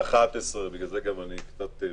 בשעה 11:00, בגלל זה אני קצת ממהר.